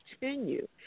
continue